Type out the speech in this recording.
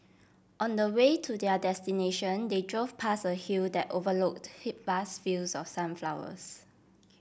on the way to their destination they drove past a hill that overlooked he vast fields of sunflowers